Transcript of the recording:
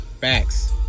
Facts